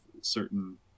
certain